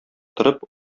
торып